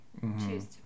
choose